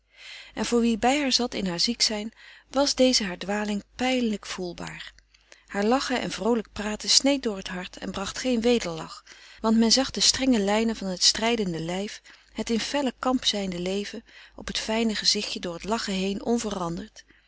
en voor wie bij haar zat in haar ziek zijn was deze haar dwaling pijnlijk voelbaar haar lachen en vroolijk praten sneed door t hart en bracht geen wederlach want men zag de strenge lijnen van het strijdende lijf het in fellen kamp zijnde leven op t fijne gezichtje door t lachen heen onveranderd